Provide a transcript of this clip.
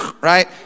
right